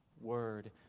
word